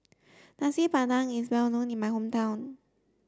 Nasi Padang is well known in my hometown